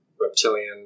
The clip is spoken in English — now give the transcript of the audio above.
reptilian